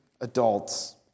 adults